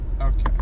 okay